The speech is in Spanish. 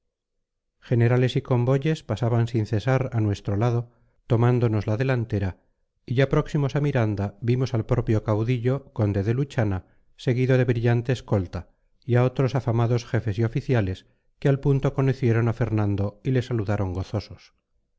generales y convoyes pasaban sin cesar a nuestro lado tomándonos la delantera y ya próximos a miranda vimos al propio caudillo conde de luchana seguido de brillante escolta y a otros afamados jefes y oficiales que al punto conocieron a fernando y le saludaron gozosos